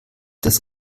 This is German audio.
das